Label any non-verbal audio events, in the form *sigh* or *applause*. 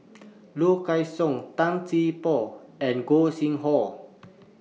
Low Kway Song Tan *unintelligible* Poh and Gog Sing Hooi